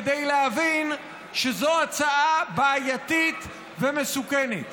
כדי להבין שזו הצעה בעייתית ומסוכנת.